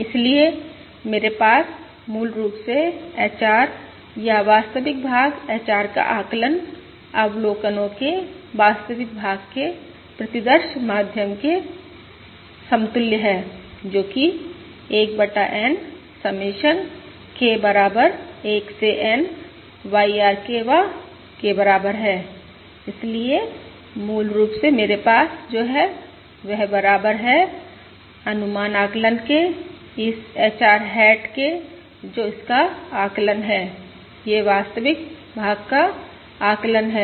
इसलिए मेरे पास मूल रूप से HR या वास्तविक भाग HR का आकलन अवलोकनो के वास्तविक भाग के प्रतिदर्श माध्य के समतुल्य है जो कि 1 बटा N समेशन K बराबर 1 से N YR K वाँ के बराबर है इसलिए मूल रूप से मेरे पास जो है वह बराबर है अनुमान आकलन के इस HR हैट के जो इसका आकलन है यह वास्तविक भाग का आकलन है